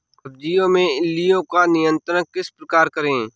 सब्जियों में इल्लियो का नियंत्रण किस प्रकार करें?